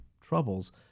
troubles